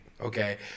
okay